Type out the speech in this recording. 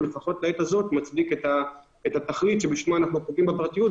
ולפחות לעת הזו מצדיק את התכלית שבשמה אנחנו פוגעים בפרטיות.